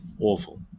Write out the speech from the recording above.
awful